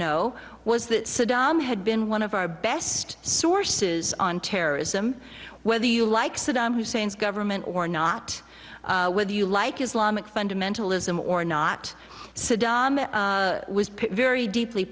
know was that saddam had been one of our best sources on terrorism whether you like saddam hussein's government or not whether you like islamic fundamentalism or not saddam was very deeply